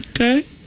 Okay